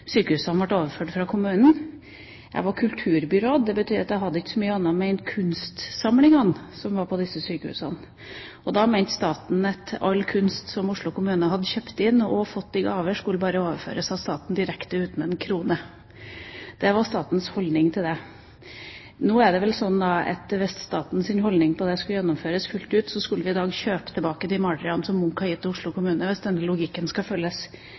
sykehusene ble overført fra kommunen. Jeg var kulturbyråd. Det betyr at jeg ikke hadde å gjøre med så mye annet enn kunstsamlingene som var på disse sykehusene. Da mente staten at all kunst som Oslo kommune hadde kjøpt inn og fått i gaver, bare skulle overføres direkte til staten uten en krone. Det var statens holdning til dette. Hvis statens holdning til dette skulle gjennomføres fullt ut, skulle vi i dag kjøpe tilbake de maleriene som Munch har gitt til Oslo kommune – hvis denne logikken skal følges.